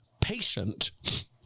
patient